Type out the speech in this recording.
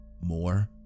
More